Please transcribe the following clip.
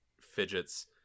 fidgets